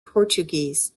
portuguese